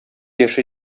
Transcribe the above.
яше